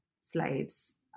slaves